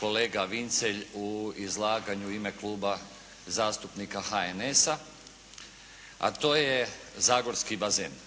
kolega Vincelj u izlaganju u ime Kluba zastupnika HNS-a, a to je zagorski bazen.